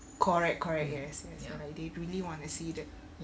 correct correct yes yes they really wanna see that